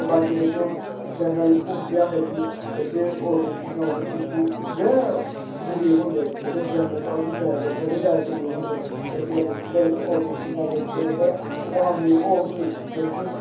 ते बाकी जनरल हून केह् आखदे की जेह्के जनरल ओह् बी सी गै गरीब होंदे जेह्के जनरल तां ओह् बी जादा गरीब होंदे ओह् भामें मीर होग बी लेकिन